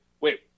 Wait